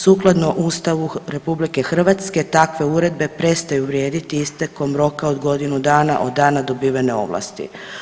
Sukladno Ustavu RH takve uredbe prestaju vrijediti istekom roka od godinu dana od dana dobivene ovlasti.